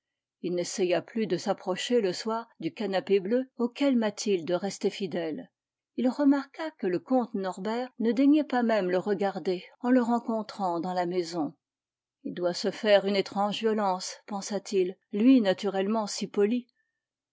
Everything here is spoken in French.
il n'essaya plus de s'approcher le soir du canapé bleu auquel mathilde restait fidèle il remarqua que le comte norbert ne daignait pas même le regarder en le rencontrant dans la maison il doit se faire une étrange violence pensa-t-il lui naturellement si poli